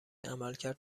عملکرد